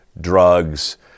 drugs